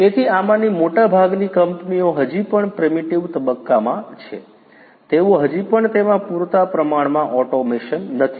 તેથી આમાંની મોટાભાગની કંપનીઓ હજી પણ પ્રીમીટીવ તબક્કામાં છે તેઓ હજી પણ તેમાં પૂરતા પ્રમાણમાં ઓટોમેશન નથી